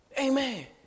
Amen